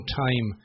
time